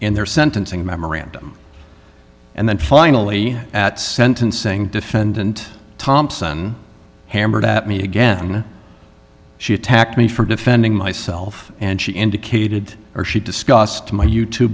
in their sentencing memorandum and then finally at sentencing defendant thompson hammered at me again she attacked me for defending myself and she indicated or she discussed my you